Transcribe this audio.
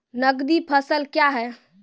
नगदी फसल क्या हैं?